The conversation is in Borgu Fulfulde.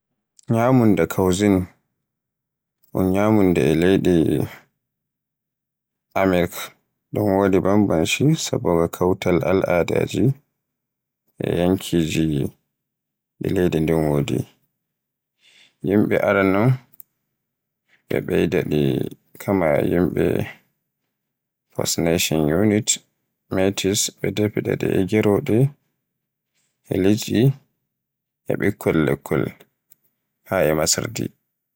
Ñyamunda causine un ñyamunda e leydi Amirk, sun wodi banbanci saboda Kautal al'adaaji e yankiji ɗi leydi ndin wodi. Yimɓe aranon ɓe ɓeydi ndi kaama yimɓe first nation, Inuit e Métis defata ndu e geroɗe, e liɗɗi, e ɓikkol lekkol haa e masardi.